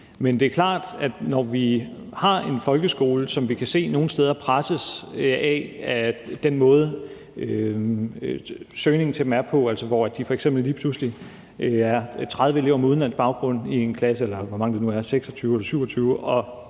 Men det er klart, at når vi har en folkeskole, som vi kan se nogle steder presses af den måde, søgningen til dem er på, altså hvor de f.eks. lige pludselig har 30 elever med udenlandsk baggrund i en klasse, eller hvor